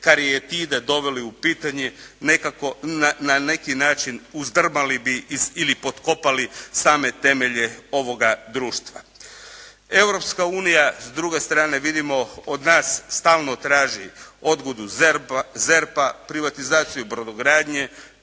karijatide doveli u pitanje, nekako na neki način uzdrmali bi ili potkopali same temelje ovoga društva. Europska unija, s druge strane vidimo, od nas stalno traži odgodu ZERP-a, privatizaciju brodogradnje,